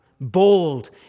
bold